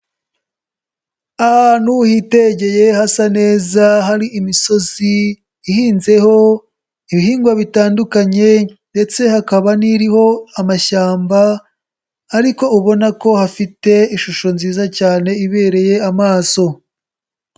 Ahantu hitegeye hasa neza hari imisozi ihinzeho ibihingwa bitandukanye ndetse hakaba n'iriho amashyamba ariko ubona ko hafite ishusho nziza cyane ibereye amaso.